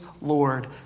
Lord